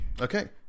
okay